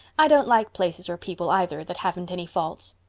i don't like places or people either that haven't any faults.